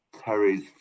Terry's